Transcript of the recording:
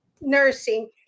nursing